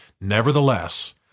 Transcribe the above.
Nevertheless